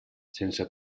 sense